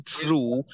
true